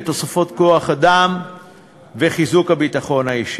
לתוספת כוח-אדם וחיזוק הביטחון האישי.